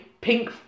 pink